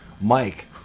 Mike